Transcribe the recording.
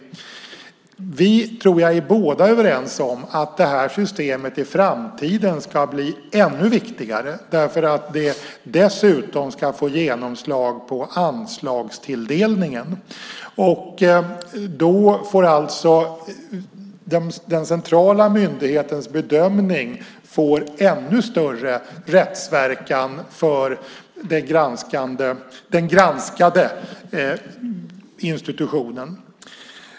Jag tror att vi båda är överens om att detta system i framtiden ska bli ännu viktigare därför att det dessutom ska få genomslag på anslagstilldelningen. Då får den centrala myndighetens bedömning ännu större rättsverkan för den granskade institutionen.